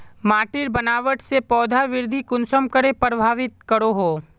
माटिर बनावट से पौधा वृद्धि कुसम करे प्रभावित करो हो?